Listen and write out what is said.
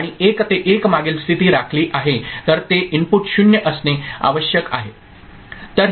आणि 1 ते 1 मागील स्थिती राखली आहे तर ते इनपुट 0 असणे आवश्यक आहे